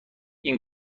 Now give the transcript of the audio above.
این